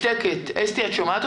אז אתם סומכים על ההורה